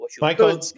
Michael